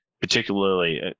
Particularly